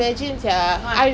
okay okay